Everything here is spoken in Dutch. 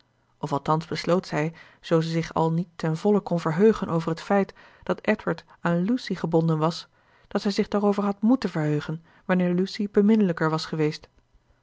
of althans besloot zij zoo ze zich al niet ten volle kon verheugen over het feit dat edward aan lucy gebonden was dat zij zich daarover had moeten verheugen wanneer lucy beminnelijker was geweest